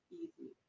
easy